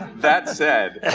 that said,